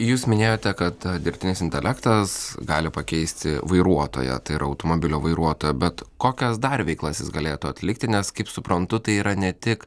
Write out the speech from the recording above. jūs minėjote kad dirbtinis intelektas gali pakeisti vairuotoją ir automobilio vairuotoją bet kokias dar veiklas jis galėtų atlikti nes kaip suprantu tai yra ne tik